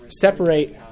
separate